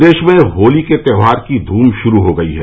प्रदेश में होली के त्योहार की धूम शुरू हो गयी है